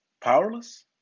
Powerless